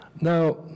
Now